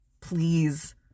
please